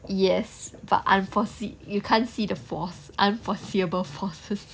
yes but unforeseen you can't see the force unforeseeable forces